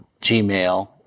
Gmail